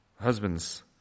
Husbands